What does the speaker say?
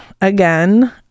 again